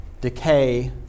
decay